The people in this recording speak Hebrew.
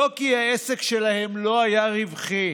לא כי העסק שלהם לא היה רווחי,